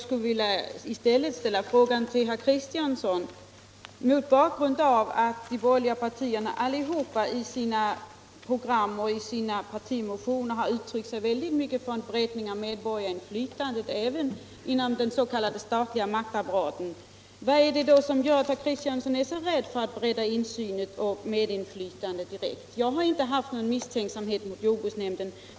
Herr talman! Mot bakgrund av att alla de borgerliga partierna i sina program och partimotioner har uttryckt sig väldigt starkt för en breddning av medborgarinflytandet även inom den s.k. statliga maktapparaten skulle jag vilja ställa en fråga till herr Kristiansson: Vad är det som gör alt herr Kristiansson är så rädd för att bredda insynen och medinflytandet? Jag har inte hyst någon misstänksamhet mot jordbruksnämnden.